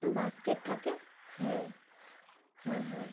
basket থাকে হ্যাঁ হ্যাঁ হ্যাঁ